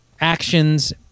actions